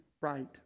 right